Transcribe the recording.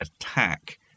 attack